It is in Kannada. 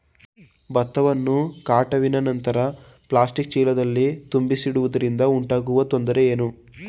ಭತ್ತವನ್ನು ಕಟಾವಿನ ನಂತರ ಪ್ಲಾಸ್ಟಿಕ್ ಚೀಲಗಳಲ್ಲಿ ತುಂಬಿಸಿಡುವುದರಿಂದ ಉಂಟಾಗುವ ತೊಂದರೆ ಏನು?